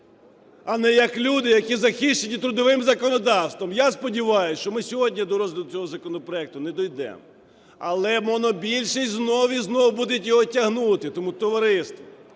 а не як люди, які захищені трудовим законодавством. Я сподіваюся, що ми сьогодні до розгляду цього законопроекту не дійдемо, але монобільшість знову і знову буде його тягнути. Тому, товариство,